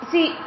See